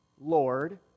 Lord